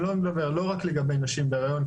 לא רק לגבי נשים בהיריון.